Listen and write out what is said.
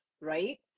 right